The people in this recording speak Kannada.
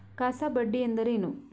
ಕಾಸಾ ಬಡ್ಡಿ ಎಂದರೇನು?